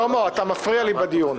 שלמה, אתה מפריע לי בדיון.